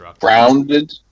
grounded